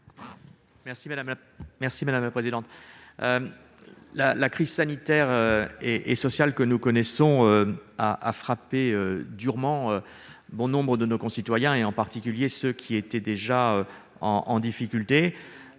M. Didier Marie. La crise sanitaire et sociale que nous connaissons a frappé durement bon nombre de nos concitoyens, en particulier ceux qui connaissaient déjà des difficultés.